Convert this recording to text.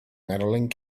medaling